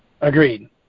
Agreed